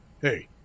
hey